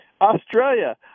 Australia